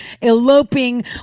eloping